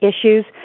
issues